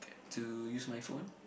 to use my phone